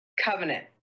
covenant